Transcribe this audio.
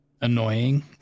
annoying